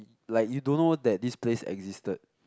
like you don't know that this place existed